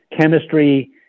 Chemistry